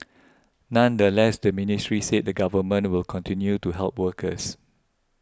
nonetheless the ministry said the Government will continue to help workers